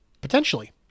Potentially